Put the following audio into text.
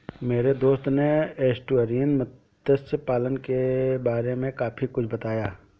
मेरे दोस्त ने एस्टुअरीन मत्स्य पालन के बारे में काफी कुछ बताया